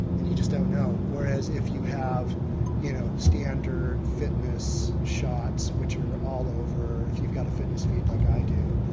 and you just don't know. whereas if you have the you know standard fitness shots, which are all over, if you've got a fitness feed like i do,